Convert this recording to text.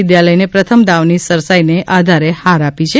વિદ્યાલયને પ્રથમ દાવની સરસાઇને આધારે હાર આપી છે